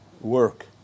work